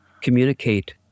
communicate